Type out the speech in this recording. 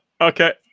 Okay